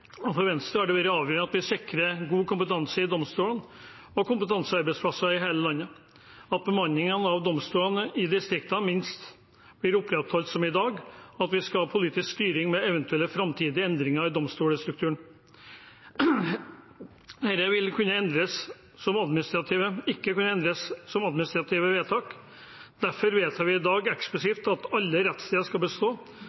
Og for Venstre har det vært avgjørende at vi sikrer god kompetanse i domstolene og kompetansearbeidsplasser i hele landet, at bemanningen av domstolene i distriktene minst blir opprettholdt som i dag, og at vi skal ha politisk styring med eventuelle framtidige endringer i domstolstrukturen. Dette vil ikke kunne endres med administrative vedtak. Derfor vedtar vi i dag